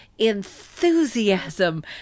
enthusiasm